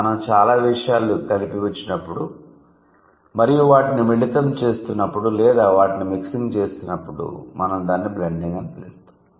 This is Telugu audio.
మనం చాలా విషయాలు కలిపి ఉంచినప్పుడు మరియు వాటిని మిళితం చేస్తున్నప్పుడు లేదా వాటిని మిక్సింగ్ చేస్తున్నప్పుడు మనం దానిని బ్లెండింగ్ అని పిలుస్తాము